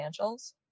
financials